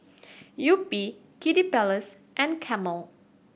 Yupi Kiddy Palace and Camel